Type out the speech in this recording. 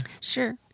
Sure